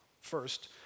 first